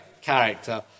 character